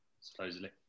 supposedly